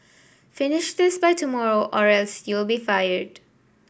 finish this by tomorrow or else you'll be fired